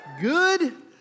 Good